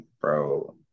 bro